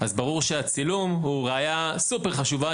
אז ברור שהצילום הוא ראיה סופר חשובה,